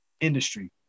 industry